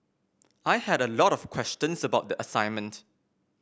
I had a lot of questions about the assignment